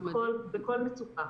כל מצוקה.